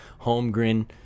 Holmgren